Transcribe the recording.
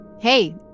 Hey